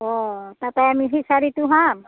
অ তাতে আমি ফিচাৰিটো চাম